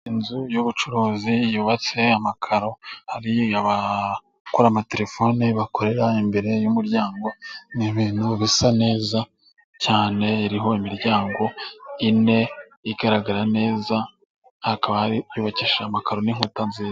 Inzu y'ubucuruzi yubatse amakaro hari abakora amatelefoni bakorera imbere y'umuryango ni ibintu bisa neza cyane iriho imiryango ine igaragara neza hakaba hari yubakishije amakaro n'inkuta nziza